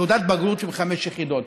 תעודת בגרות עם חמש יחידות?